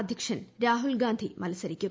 അധൃക്ഷൻ രാഹുൽ ഗാന്ധി മത്സരിക്കും